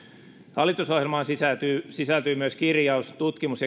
hallitusohjelmaan sisältyy sisältyy myös kirjaus tutkimus